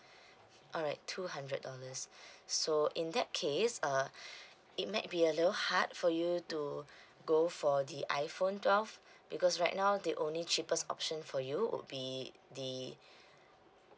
alright two hundred dollars so in that case uh it might be a little hard for you to go for the iphone twelve because right now the only cheapest option for you would be the